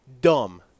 Dumb